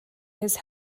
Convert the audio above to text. his